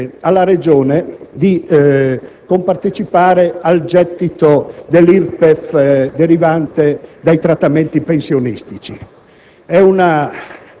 che consente alla Regione di compartecipare al gettito dell'IRPEF derivante dai trattamenti pensionistici.